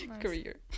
career